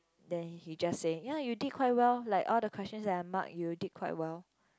then he just say ya you did quite well like all the questions that I mark you did quite well